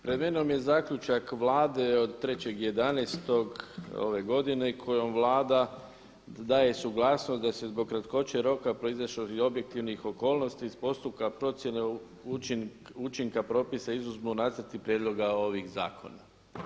Pred menom je zaključak Vlade od 3.11. ove godine kojom Vlada daje suglasnost da se zbog kratkoće roka proizašlih iz objektivnih okolnosti iz postupka procjene učinka propisa izuzmu nacrti prijedloga ovih zakona.